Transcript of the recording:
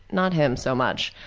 not him so much,